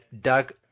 Doug